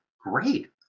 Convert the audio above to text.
Great